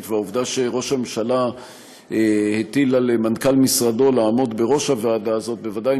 והעובדה שראש הממשלה הטיל על מנכ"ל משרדו לעמוד בראש הוועדה הזאת בוודאי